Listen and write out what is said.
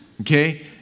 Okay